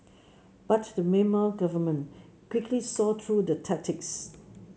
but the Myanmar government quickly saw through the tactics